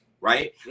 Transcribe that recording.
right